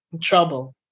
Trouble